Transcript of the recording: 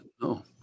No